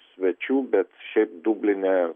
svečių bet šiaip dubline